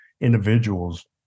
individuals